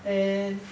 and